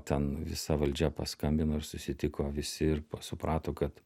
ten visa valdžia paskambino ir susitiko visi ir pa suprato kad